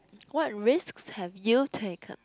what risks have you taken